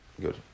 good